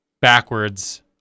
backwards